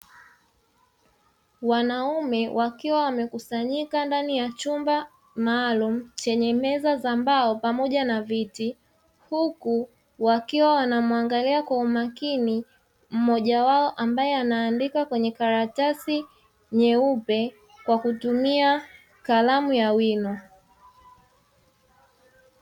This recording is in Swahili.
Wanaume wakiwa wamekusanyika ndani ya chumba maalum chenye meza za mbao pamoja na viti huku wakimuangalia kwa makini mmoja wao ambae anaandika kwenye karatasi nyeupe kwa kutumia kalamu ya wino.